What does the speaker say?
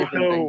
no